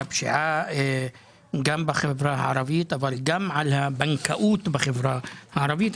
הפשיעה גם בחברה הערבית אבל גם על הבנקאות בחברה הערבית.